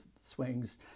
swings